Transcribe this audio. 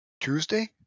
Tuesday